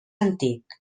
antic